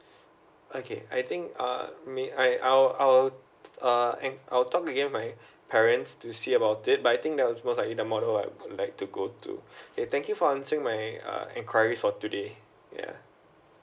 okay I think uh may I I will I will uh en~ I'll talk again to my parents to see about it but I think that was most likely the model I would like to go to okay thank you for answering my uh enquiry for today ya